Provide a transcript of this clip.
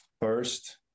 first